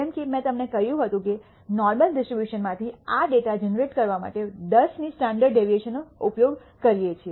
જેમ કે મેં તમને કહ્યું હતું કે મેં નોર્મલ ડિસ્ટ્રીબ્યુશન માંથી આ ડેટા જનરેટ કરવા માટે 10 ની સ્ટાન્ડર્ડ ડેવિએશનનો ઉપયોગ કર્યો હતો